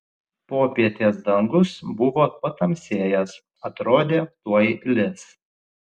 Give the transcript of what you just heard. popietės dangus buvo patamsėjęs atrodė tuoj lis